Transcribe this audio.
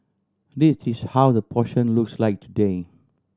this is how that portion looks like today